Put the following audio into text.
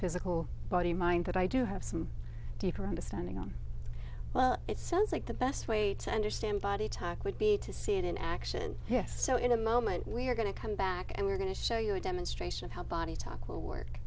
physical body mind that i do have some deeper understanding of well it sounds like the best way to understand body type would be to see it in action yes so in a moment we're going to come back and we're going to show you a demonstration